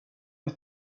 med